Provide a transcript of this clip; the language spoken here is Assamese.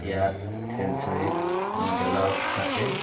ইয়াত চেংচুৱেৰিত নট এলাউট থাকে